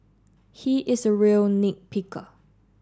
he is a real nit picker